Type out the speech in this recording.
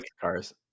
cars